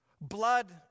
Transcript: Blood